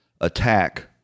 attack